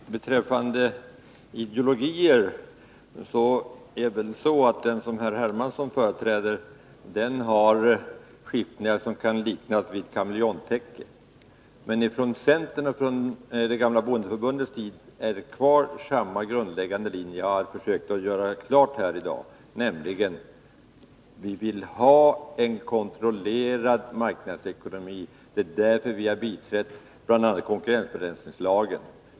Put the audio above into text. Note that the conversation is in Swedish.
Fru talman! Beträffande ideologier är det så att den ideologi som herr Hermansson företräder har skiftningar som kan liknas vid kameleontens tecken. Men inom centern finns från det gamla bondeförbundets tid samma grundläggande linje kvar, som jag har försökt göra klart här i dag, nämligen att vi vill ha en kontrollerad marknadsekonomi. Det är därför som vi har biträtt bl.a. konkurrensbegränsningslagen.